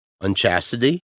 unchastity